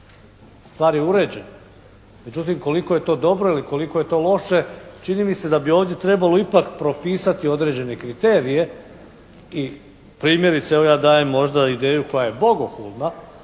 Stvar je uređena,